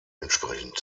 entsprechend